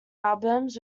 albums